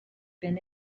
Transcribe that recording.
been